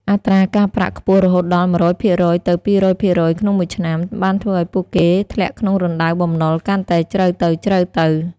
អត្រាការប្រាក់ខ្ពស់រហូតដល់ ១០០% ទៅ ២០០% ក្នុងមួយឆ្នាំ បានធ្វើឱ្យពួកគេធ្លាក់ក្នុងរណ្ដៅបំណុលកាន់តែជ្រៅទៅៗ។